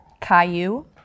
Caillou